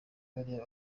bariya